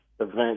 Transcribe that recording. event